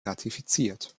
ratifiziert